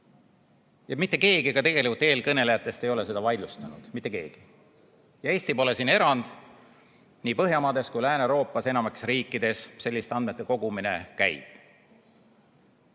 Mitte keegi ka eelkõnelejatest ei ole seda vaidlustanud. Mitte keegi. Eesti pole siin erand, nii Põhjamaades kui ka Lääne-Euroopas enamikus riikides selliste andmete kogumine käib.